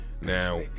Now